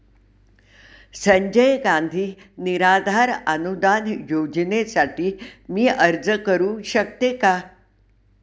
संजय गांधी निराधार अनुदान योजनेसाठी मी अर्ज करू शकते का?